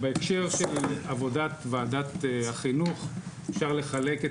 בהקשר של עבודת ועדת החינוך אפשר לחלק את